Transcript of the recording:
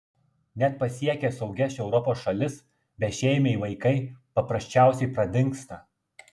net pasiekę saugias europos šalis bešeimiai vaikai paprasčiausiai pradingsta